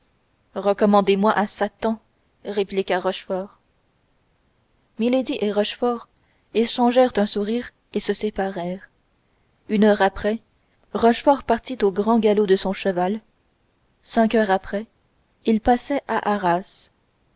recommandez moi à satan répliqua rochefort milady et rochefort échangèrent un sourire et se séparèrent une heure après rochefort partit au grand galop de son cheval cinq heures après il passait à arras